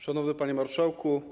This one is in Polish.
Szanowny Panie Marszałku!